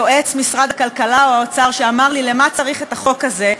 יועץ משרד הכלכלה או האוצר שאמר לי: למה צריך את החוק הזה?